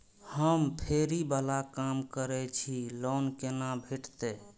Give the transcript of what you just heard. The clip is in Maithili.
हम फैरी बाला काम करै छी लोन कैना भेटते?